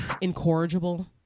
incorrigible